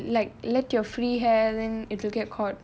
oh ya because if you like let your free hair then it will get caught